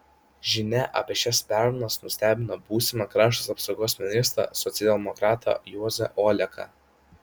žinia apie šias permainas nustebino būsimą krašto apsaugos ministrą socialdemokratą juozą oleką